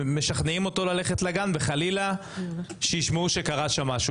שמשכנע את הילד שלו ללכת לגן אבל אז שומע שקורה שם משהו.